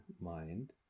mind